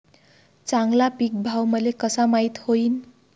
चांगला पीक भाव मले कसा माइत होईन?